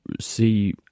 see